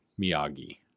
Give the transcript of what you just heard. Miyagi